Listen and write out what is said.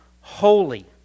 holy